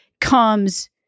comes